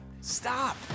Stop